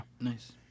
Nice